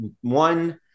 one